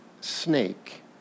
snake